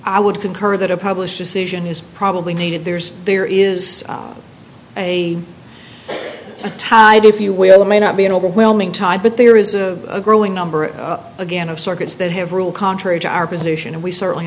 i would concur that a published decision is probably needed there's there is a tide if you will it may not be an overwhelming tide but there is a growing number again of circuits that have ruled contrary to our position and we certainly